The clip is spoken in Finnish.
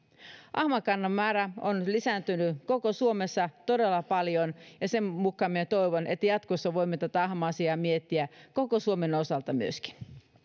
ahmakannan määrä on lisääntynyt koko suomessa todella paljon ja sen mukaan minä toivon että jatkossa voimme tätä ahma asiaa miettiä koko suomen osalta myöskin